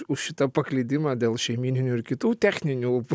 už šitą paklydimą dėl šeimyninių ir kitų techninių